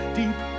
deep